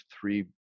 three